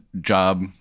job